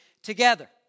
together